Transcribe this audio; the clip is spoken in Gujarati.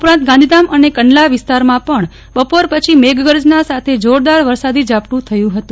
ઉપરાંત ગાંધીધામ ને કંડલા વિસ્તારમાં પણ બપોર પછી મેઘગર્જના સાથે જોરદાર વરસાદી ઝાપટું થયું હતું